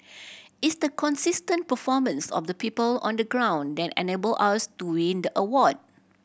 it's the consistent performance of the people on the ground that enabled us to win the award